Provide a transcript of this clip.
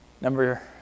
Number